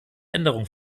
änderung